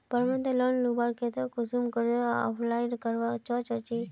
प्रबंधन लोन लुबार केते कुंसम करे अप्लाई करवा चाँ चची?